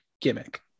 gimmick